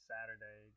Saturday